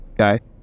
Okay